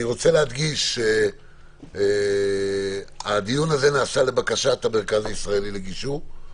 אני רוצה להדגיש שהדיון הזה נעשה לבקשת המרכז הישראלי לגישור.